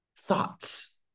thoughts